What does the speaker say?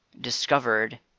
discovered